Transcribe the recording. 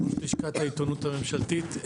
אני מלשכת העיתונות הממשלתית.